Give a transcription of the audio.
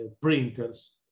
printers